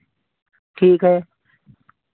ठीक है